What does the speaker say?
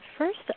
First